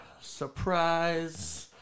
surprise